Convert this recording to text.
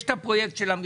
יש את הפרויקט של המחשוב?